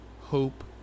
hope